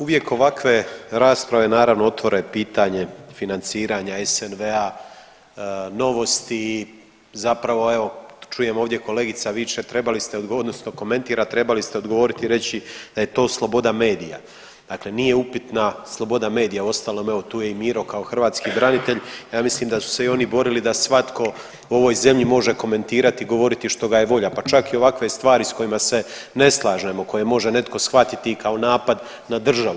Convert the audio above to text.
Uvijek ovakve rasprave naravno otvore pitanje financiranja SNV-a Novosti, zapravo evo čujem ovdje kolegica viče trebali ste odnosno komentira trebali ste odgovoriti i reći da je to sloboda medija, dakle nije upitna sloboda medija, uostalom evo tu je i Miro kao hrvatski branitelj, ja mislim da su se i oni borili da svatko u ovoj zemlji može komentirati, govoriti što ga je volja, pa čak i ovakve stvari s kojima se ne slažemo, koje može netko shvatiti i kao napad na državu.